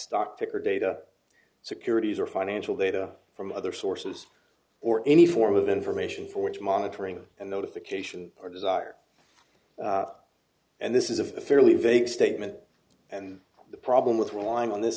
stock picker data securities or financial data from other sources or any form of information for which monitoring and notification are desired and this is a fairly vague statement and the problem with relying on this